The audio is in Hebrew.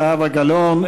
זהבה גלאון,